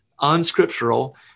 unscriptural